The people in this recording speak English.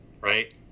right